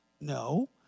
No